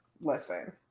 listen